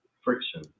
friction